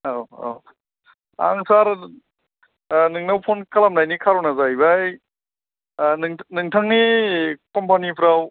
औ औ आं सार नोंनाव फन खालामनायनि खार'ना जाहैबाय नोंथां नोंथांनि कम्पानिफ्राव